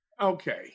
Okay